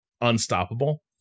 unstoppable